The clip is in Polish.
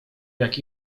jak